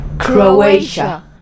Croatia